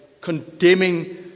condemning